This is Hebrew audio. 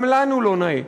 גם לנו לא נעים.